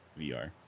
VR